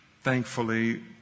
thankfully